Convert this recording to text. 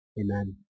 Amen